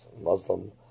Muslim